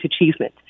achievement